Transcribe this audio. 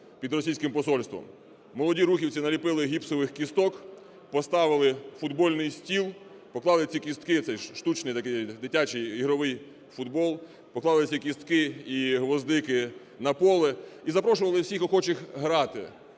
під російським посольством. Молоді рухівці наліпили гіпсових кісток, поставили футбольний стіл, поклали ці кістки, цей штучний такий дитячий ігровий футбол, поклали ці кістки і гвоздики на поле і запрошували всіх охочих грати.